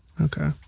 Okay